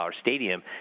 stadium